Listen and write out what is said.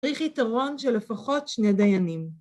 צריך יתרון של לפחות שני דיינים.